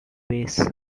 ways